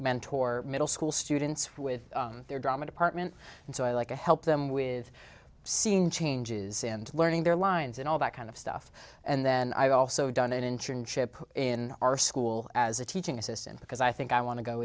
mentor middle school students with their drama department and so i like to help them with seeing changes in learning their lines and all that kind of stuff and then i also done an internship in our school as a teaching assistant because i think i want to go